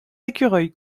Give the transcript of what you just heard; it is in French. ecureuils